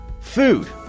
Food